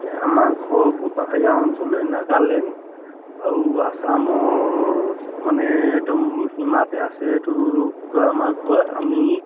আমাৰ ঘৰবোৰ পাহাৰীয়া অঞ্চললৈ নাগালেণ্ড আৰু আচামৰ মানে একদম সীমাতে আছে এইটো কি কয় আমাৰ ঘৰ আমি